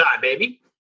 baby